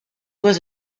was